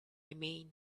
mean